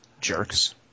Jerks